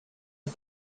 and